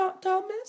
Thomas